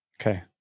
Okay